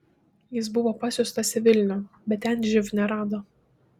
jis buvo pasiųstas į vilnių bet ten živ nerado